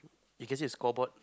you can see the scoreboard